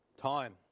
time